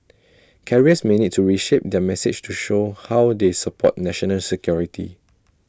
carriers may need to reshape their message to show how they support national security